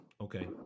Okay